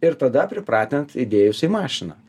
ir tada pripratint įdėjus į mašiną